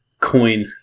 coin